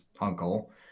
uncle